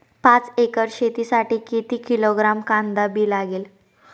पाच एकर शेतासाठी किती किलोग्रॅम कांदा बी लागेल?